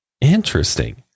Interesting